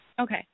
Okay